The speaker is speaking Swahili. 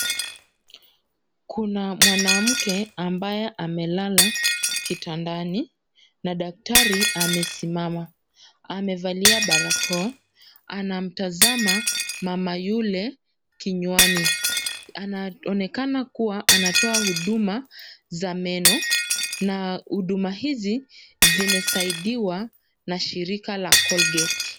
Kuna mwanamke ambaye amelala kitandani na daktari amesimama. Amevalia barakoa, anamtazama mama yule kinywani. Anaonekana kuwa anatoa huduma za meno na huduma hizi zimesaidiwa na shirika la Colgate.